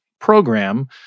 program